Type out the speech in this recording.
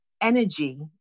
energy